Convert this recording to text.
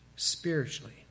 Spiritually